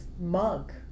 mug